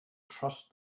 trust